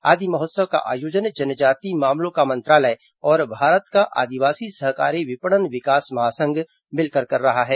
आदि महोत्सव का आयोजन जनजातीय मामलों का मंत्रालय और भारत का आदिवासी सहकारी विपणन विकास महासंघ मिलकर कर रहा है